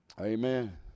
Amen